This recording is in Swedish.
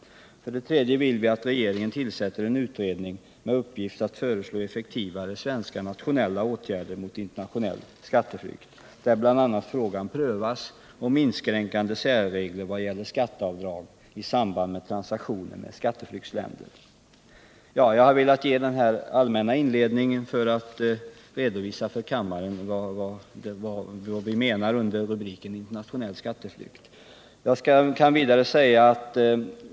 För det tredje vill vi att regeringen tillsätter en utredning med uppgift att föreslå effektivare svenska nationella åtgärder mot internationell skatteflykt, där bl.a. frågan prövas om inskränkande särregler vad gäller skatteavdrag i samband med transaktioner med skatteflyktsländer. Jag har velat ge denna allmänna inledning för att redovisa för kammaren vad vi menar med rubriken internationell skatteflykt.